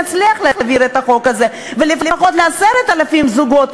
נצליח להעביר את החוק הזה ולפחות ל-10,000 זוגות,